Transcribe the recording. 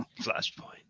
Flashpoint